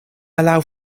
allow